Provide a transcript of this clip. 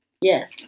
Yes